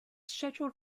scheduled